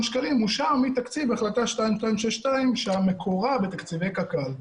שקלים אושרו מתקציב החלטה 2262 שמקורה בתקציבי קק"ל.